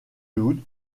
lough